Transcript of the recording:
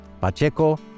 Pacheco